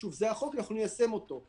שוב, זה החוק ואנחנו ניישם אותו,